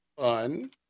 fun